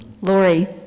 Lori